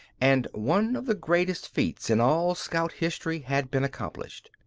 and one of the greatest feats in all scout history had been accomplished.